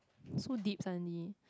so deep suddenly